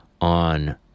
on